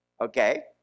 Okay